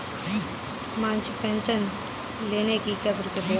मासिक पेंशन लेने की क्या प्रक्रिया है?